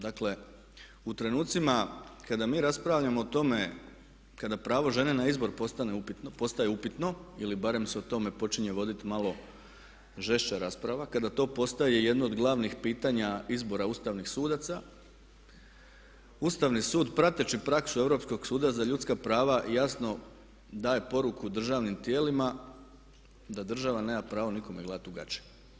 Dakle, u trenucima kada mi raspravljamo o tome, kada pravo žene na izbor postaje upitno ili barem se o tome počinje voditi malo žešća rasprava, kada to postaje jedno od glavnih pitanja izbora ustavnih sudaca, Ustavni sud prateći praksu Europskog suda za ljudska prava jasno daje poruku državnim tijelima da država nema pravo nikome gledati u gaće.